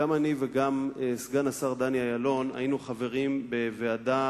גם אני וגם סגן השר דני אילון היינו חברים בוועדה